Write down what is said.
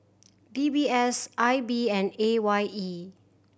D B S I B and A Y E